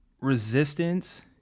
resistance